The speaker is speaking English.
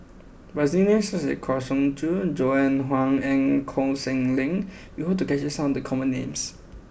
by using names such as Kang Siong Joo Joan Hon and Koh Seng Leong we hope to capture some of the common names